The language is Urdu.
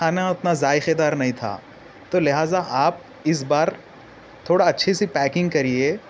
کھانا اتنا ذائقہ دار نہیں تھا تو لہٰذا آپ اس بار تھوڑا اچھی سی پیکنگ کریے